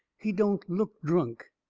he don't look drunk.